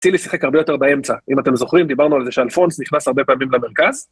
רציתי לשיחק הרבה יותר באמצע, אם אתם זוכרים, דיברנו על זה שאלפונס נכנס הרבה פעמים למרכז.